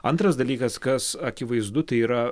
antras dalykas kas akivaizdu tai yra